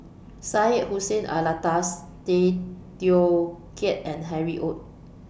Syed Hussein Alatas Tay Teow Kiat and Harry ORD